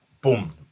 Boom